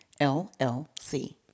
LLC